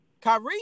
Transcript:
Kyrie